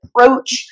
approach